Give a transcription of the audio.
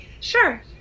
Sure